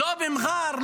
לא במר'אר?